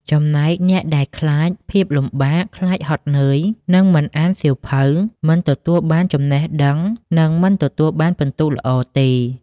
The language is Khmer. ចំណែកអ្នកដែលខ្លាចភាពលំបាក ខ្លាចហត់នើយ មិនអានសៀវភៅ មិនទទួលបានចំណេះដឹងនឹងមិនទទួលបានពិន្ទុល្អទេ។